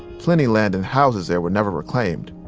plenty land and houses there were never reclaimed.